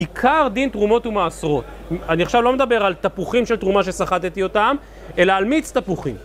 עיקר דין תרומות ומעשרות, אני עכשיו לא מדבר על תפוחים של תרומה שסחטתי אותם, אלא על מיץ תפוחים